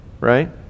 Right